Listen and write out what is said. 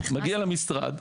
מגיע למשרד.